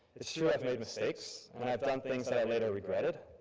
it's true i've made mistakes and i've done things that i later regretted,